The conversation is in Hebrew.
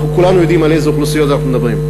אנחנו כולנו יודעים על איזה אוכלוסיות אנחנו מדברים.